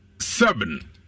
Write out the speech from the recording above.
seven